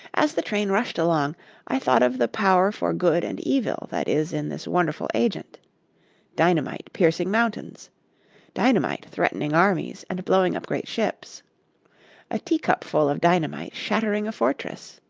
as the train rushed along i thought of the power for good and evil that is in this wonderful agent dynamite piercing mountains dynamite threatening armies and blowing up great ships a teacupful of dynamite shattering a fortress,